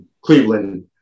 Cleveland